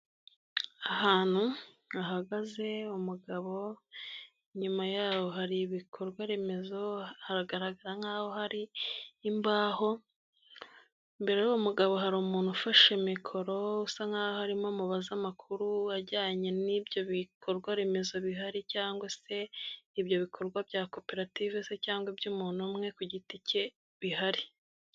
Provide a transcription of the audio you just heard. Ahantu hahagaze umugabo, inyuma yaho hari ibikorwaremezo haragaragara nk'aho hari imbaho, imbere y'uwo mugabo hari umuntu ufashe mikoro usa nkaho arimo amubaza amakuru ajyanye n'ibyo bikorwaremezo bihari cyangwa se ibyo bikorwa bya koperative se cyangwa iby'umuntu umwe ku giti cye bihari.